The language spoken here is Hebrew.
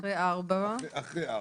אחרי (4).